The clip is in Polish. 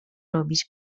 robić